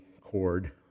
cord